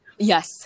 Yes